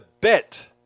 bet